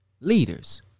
leaders